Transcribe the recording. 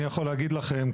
אני יכול להגיד לכם,